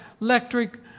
electric